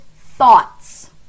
thoughts